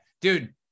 dude